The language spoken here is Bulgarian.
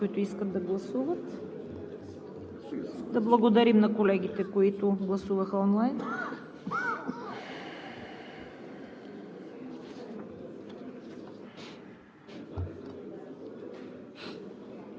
които искат да гласуват? Благодарим на колегите, които гласуваха онлайн.